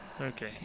okay